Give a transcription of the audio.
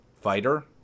fighter